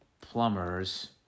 Plumbers